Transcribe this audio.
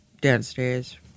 downstairs